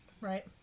Right